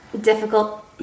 difficult